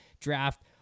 draft